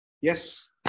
Yes